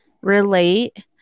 relate